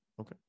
Okay